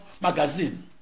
magazine